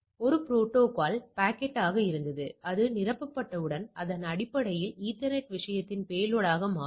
இது புரோட்டோகால் பாக்கெட்டாக இருந்தது அது நிரப்பப்பட்டவுடன் அது அடிப்படையில் ஈதர்நெட் விஷயத்தின் பேலோடாக மாறும்